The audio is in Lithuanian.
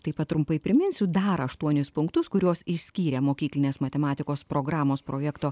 taip pat trumpai priminsiu dar aštuonis punktus kuriuos išskyrė mokyklinės matematikos programos projekto